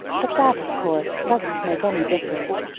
but that, of course, doesn't make any difference,